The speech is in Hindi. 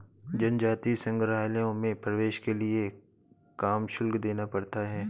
जनजातीय संग्रहालयों में प्रवेश के लिए काम शुल्क देना पड़ता है